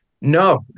No